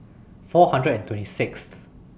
four hundred and twenty Sixth